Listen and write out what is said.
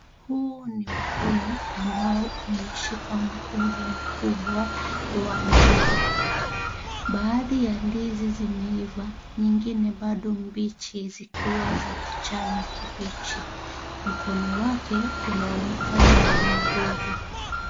Huu ni mkono, ambao umeshika mkunga mkubwa wa ndizi. Baadhi ya ndizi zimeiva, nyingine bado mbichi zikiwa za kijani kibichi. Mkono wake unaonekana wenye nguvu.